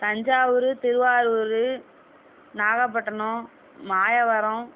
Thanjavur Tiruvarur Nagapattinam Mayavaram